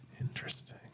Interesting